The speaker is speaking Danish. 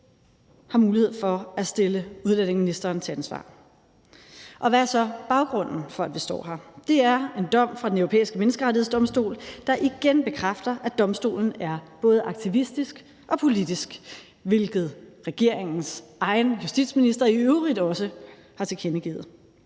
har mulighed for at stille udlændingeministeren til ansvar. Hvad er så baggrunden for, at vi står her? Det er en dom fra Den Europæiske Menneskerettighedsdomstol, der igen bekræfter, at domstolen er både aktivistisk og politisk, hvilket regeringens egen justitsminister i øvrigt også har tilkendegivet;